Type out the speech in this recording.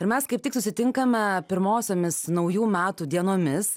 ir mes kaip tik susitinkame pirmosiomis naujų metų dienomis